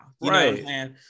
right